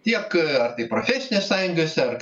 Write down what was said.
tiek ar tai profesinės sąjungose ar